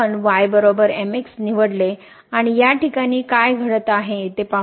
तर पुन्हा आपण निवडले आणि या ठिकाणी काय घडत आहे ते पाहू